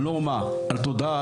התודעה,